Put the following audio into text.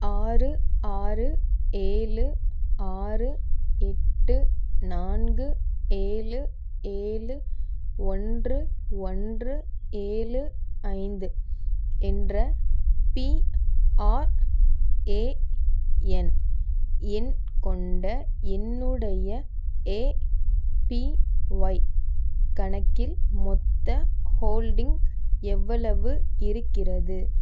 ஆறு ஆறு ஏழு ஆறு எட்டு நான்கு ஏழு ஏழு ஒன்று ஒன்று ஏழு ஐந்து என்ற பிஆர்ஏஎன் எண் கொண்ட என்னுடைய ஏபிஒய் கணக்கில் மொத்த ஹோல்டிங் எவ்வளவு இருக்கிறது